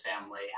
family